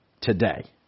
today